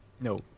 No